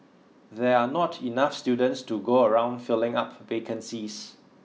there are not enough students to go around filling up vacancies